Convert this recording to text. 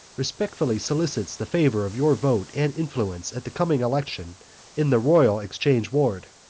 respectfully solicits the favour of your vote and influence at the coming election in the royal exchange ward.